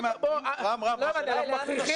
השאלה היא לאן הוא נושר.